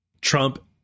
Trump